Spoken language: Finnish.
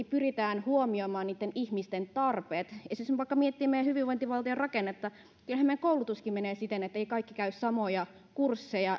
pyritään huomioimaan ihmisten tarpeet esimerkiksi jos vaikka miettii meidän hyvinvointivaltion rakennetta kyllähän meidän koulutuskin menee siten etteivät kaikki käy samoja välttämättömiä kursseja